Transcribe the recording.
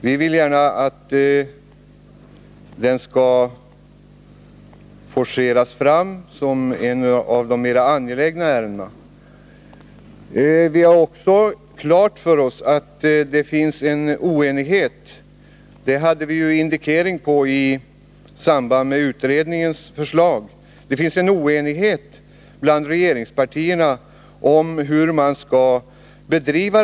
Vi vill gärna att lösningen skall forceras fram som ett av de mera angelägna ärendena. Vi har klart för oss att det råder en oenighet — vi fick ju en indikering på det i samband med utredningens förslag — bland regeringspartierna om hur kontrollen skall bedrivas.